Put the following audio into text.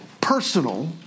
personal